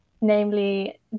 namely